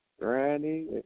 Granny